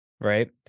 right